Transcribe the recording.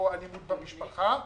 אלימות במשפחה.